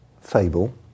Fable